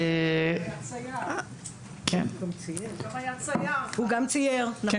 הוא גם צייר.